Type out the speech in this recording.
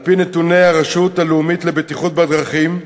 על-פי נתוני הרשות הלאומית לבטיחות בדרכים,